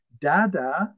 Dada